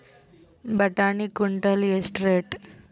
ಬಟಾಣಿ ಕುಂಟಲ ಎಷ್ಟು ರೇಟ್?